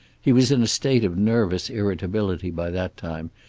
he was in a state of nervous irritability by that time,